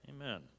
Amen